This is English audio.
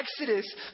Exodus